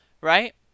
Right